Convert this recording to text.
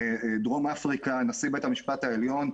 בדרום אפריקה נשיא בית המשפט העליון,